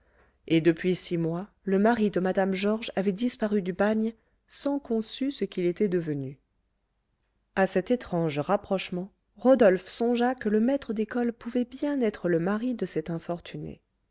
et depuis six mois le mari de mme georges avait disparu du bagne sans qu'on sût ce qu'il était devenu à cet étrange rapprochement rodolphe songea que le maître d'école pouvait bien être le mari de cette infortunée